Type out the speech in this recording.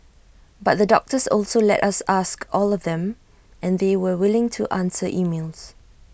but the doctors always let us ask all them and they were willing to answer emails